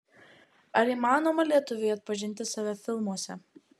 ar įmanoma lietuviui atpažinti save filmuose